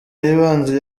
yibanze